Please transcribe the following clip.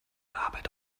arbeit